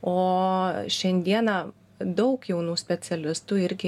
o šiandieną daug jaunų specialistų irgi